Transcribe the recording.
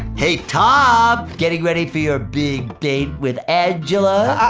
hey, tom! getting ready for your big date with angela? ah,